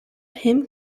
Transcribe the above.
him